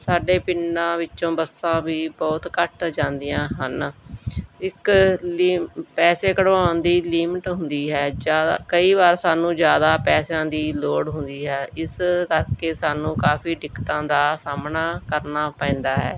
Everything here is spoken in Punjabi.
ਸਾਡੇ ਪਿੰਡਾਂ ਵਿੱਚੋਂ ਬੱਸਾਂ ਵੀ ਬਹੁਤ ਘੱਟ ਜਾਂਦੀਆਂ ਹਨ ਇੱਕ ਲਈ ਪੈਸੇ ਕਢਵਾਉਣ ਦੀ ਲੀਮਟ ਹੁੰਦੀ ਹੈ ਜ਼ਿਆਦਾ ਕਈ ਵਾਰ ਸਾਨੂੰ ਜ਼ਿਆਦਾ ਪੈਸਿਆਂ ਦੀ ਲੋੜ ਹੁੰਦੀ ਹੈ ਇਸ ਕਰਕੇ ਸਾਨੂੰ ਕਾਫੀ ਦਿੱਕਤਾਂ ਦਾ ਸਾਹਮਣਾ ਕਰਨਾ ਪੈਂਦਾ ਹੈ